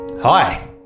Hi